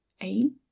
aim